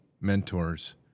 mentors